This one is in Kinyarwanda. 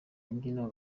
imbyino